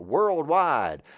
Worldwide